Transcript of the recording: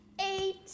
Eight